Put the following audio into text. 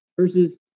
versus